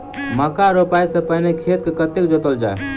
मक्का रोपाइ सँ पहिने खेत केँ कतेक जोतल जाए?